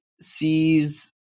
sees